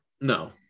No